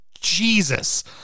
Jesus